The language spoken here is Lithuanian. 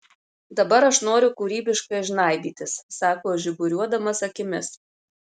dabar aš noriu kūrybiškai žnaibytis sako žiburiuodamas akimis